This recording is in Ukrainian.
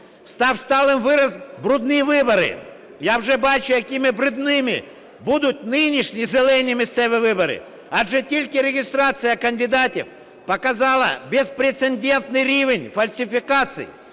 став сталим вираз "брудні вибори". Я вже бачу, якими брудними будуть нинішні, "зелені", місцеві вибори, адже тільки реєстрація кандидатів показала безпрецедентний рівень фальсифікацій